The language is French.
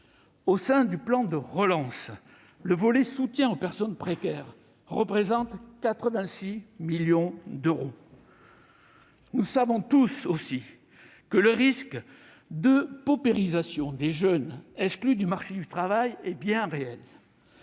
Au sein du plan de relance, le volet « soutien aux personnes précaires » représente 86 millions d'euros. Nous savons tous aussi que le risque de paupérisation des jeunes exclus du marché du travail est bien réel.